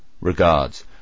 Regards